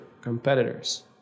competitors